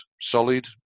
solid